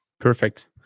perfect